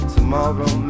Tomorrow